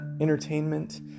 entertainment